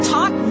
Talk